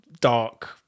dark